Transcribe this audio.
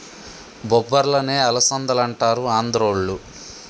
బొబ్బర్లనే అలసందలంటారు ఆంద్రోళ్ళు